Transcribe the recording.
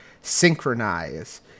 synchronize